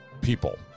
people